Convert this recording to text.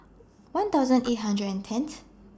one thousand eight hundred and tenth